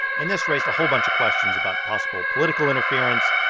and this raised a whole bunch of questions about possible political interference,